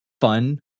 fun